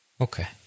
Okay